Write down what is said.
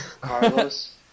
Carlos